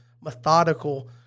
methodical